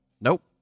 nope